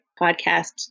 Podcast